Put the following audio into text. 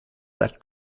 that